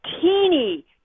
teeny